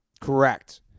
Correct